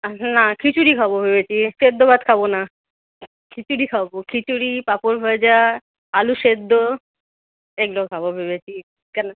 আর না খিচুড়ি খাব ভেবেছি সিদ্ধ ভাত খাব না খিচুড়ি খাব খিচুড়ি পাঁপড় ভাজা আলু সিদ্ধ এগুলো খাব ভেবেছি কেন